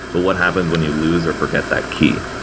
but what happens when you lose or forget that key?